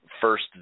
first